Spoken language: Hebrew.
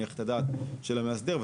או להניח את דעת המאסדר לגביו.